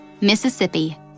Mississippi